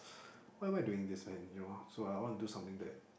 why am I doing this man you know so I want to do something that